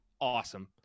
awesome